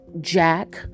jack